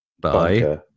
Bye